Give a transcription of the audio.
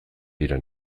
dira